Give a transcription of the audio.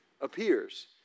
appears